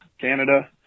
Canada